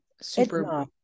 super